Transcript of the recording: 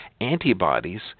antibodies